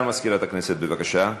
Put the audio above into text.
מזכירת הכנסת, בבקשה.